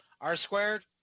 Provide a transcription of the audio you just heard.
R-squared